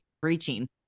breaching